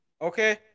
Okay